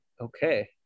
Okay